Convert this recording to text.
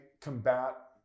combat